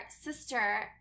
sister